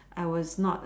I was not